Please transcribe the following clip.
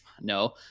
no